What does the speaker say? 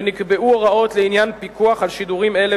ונקבעו הוראות לעניין פיקוח על שידורים אלה